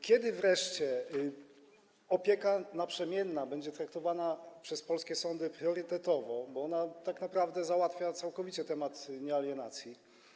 Kiedy wreszcie opieka naprzemienna będzie traktowana przez polskie sądy priorytetowo, bo ona tak naprawdę załatwia całkowicie temat niealienacji?